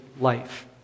life